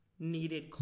Needed